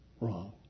wrong